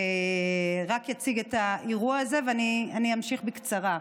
אני רק אציג את האירוע הזה ואמשיך בקצרה.